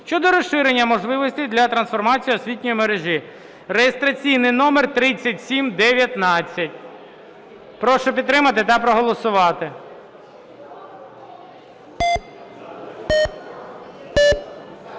щодо розширення можливостей для трансформації освітньої мережі (реєстраційний номер 3719). Прошу підтримати та проголосувати.